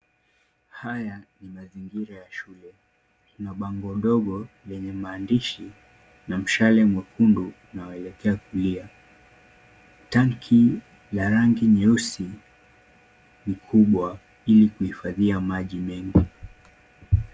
Haya ni mazingira ya shule. Ina bango ndogo yenye maandishi na mshale mwekundu unaoelekea kulia. Tanki ya rangi nyeusi ni kubwa ili kuhifadhia maji mengi.